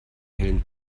hellen